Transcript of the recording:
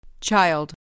Child